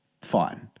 Fine